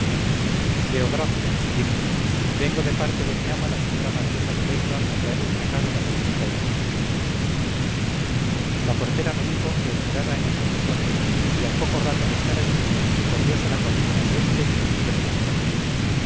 deogracias dije vengo de parte de mi ama la señora marquesa de leiva a traer un recado a la señorita inés la portera me dijo que esperara en el locutorio y al poco rato de estar allí corriose la cortina de éste y vi dos monjas